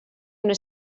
una